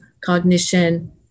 cognition